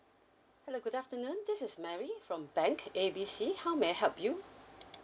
hello good afternoon this is mary from bank A B C how may I help you